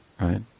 right